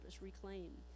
reclaim